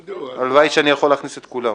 הלוואי שהייתי יכול להכניס את כולם.